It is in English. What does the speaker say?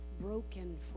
broken